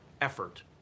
effort